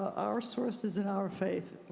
our sources and our faith,